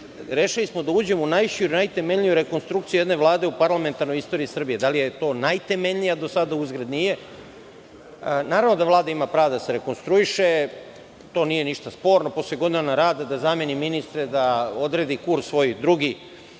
„Rešili smo da uđemo u najširu i najtemeljniju rekonstrukciju jedne Vlade u parlamentarnoj istoriji Srbije.“ Da li je to najtemeljnija? Do sada, uzgred, nije. Naravno da Vlada ima prava da se rekonstruiše, to nije ništa sporno, posle godinu dana rada da zameni ministre, da odredi svoj drugi